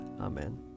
Amen